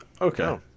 Okay